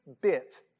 bit